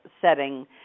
setting